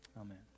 Amen